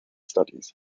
studies